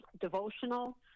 devotional